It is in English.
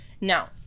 Now